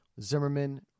Zimmerman